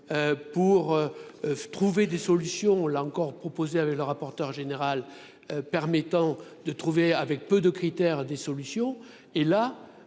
pour trouver des solutions là encore proposé avec le rapporteur général permettant de trouver, avec peu de critères des solutions